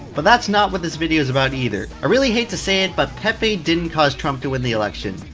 but that's not what this video is about either. i really hate to say it, but pepe didn't cause trump to win the election.